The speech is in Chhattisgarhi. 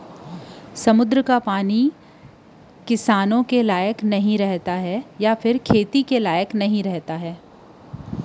समुद्दर के पानी ह किसानी के लइक नइ राहय